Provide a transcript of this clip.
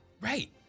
Right